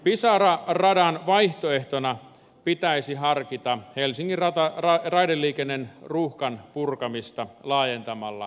pisara radan vaihtoehtona pitäisi harkita helsingin raideliikenteen ruuhkan purkamista laajentamalla ratapihaa